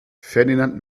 ferdinand